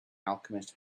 alchemist